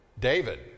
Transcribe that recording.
David